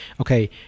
okay